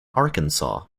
arkansas